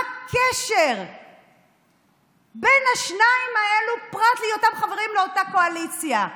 מה הקשר בין השניים האלה פרט להיותם חברים באותה קואליציה?